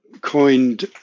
coined